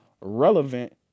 relevant